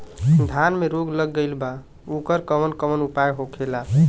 धान में रोग लग गईला पर उकर कवन कवन उपाय होखेला?